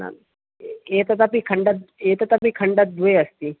एतत् अपि खण्ड एतद् अपि खण्ड द्वे अस्ति